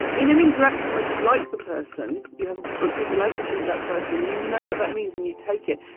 in an interaction where you like the person, you have a good relationship with that person, you know what that means and you take it.